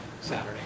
Saturday